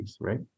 right